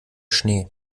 schnee